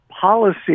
policy